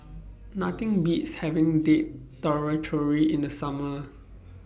Nothing Beats having Date Tamarind Chutney in The Summer